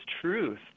truth